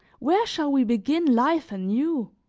where shall we begin life anew?